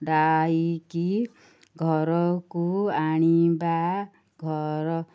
ଦାଇକି ଘରକୁ ଆଣିବା ଘର